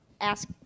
ask